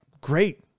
great